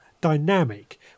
dynamic